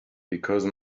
because